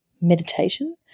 meditation